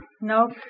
Nope